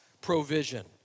provision